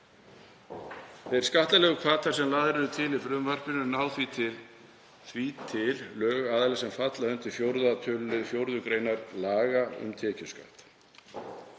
Þeir skattalegu hvatar sem lagðir eru til í frumvarpinu ná því til lögaðila sem falla undir 4. tölulið 4. gr. laga um tekjuskatt.